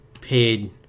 paid